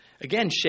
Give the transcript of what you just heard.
Again